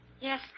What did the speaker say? Yes